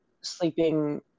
sleeping